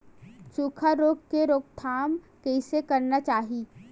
सुखा रोग के रोकथाम कइसे करना चाही?